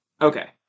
Okay